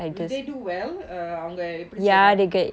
will they do well அவங்க எப்படி செய்யறாங்க:avanga eppadi seyraanga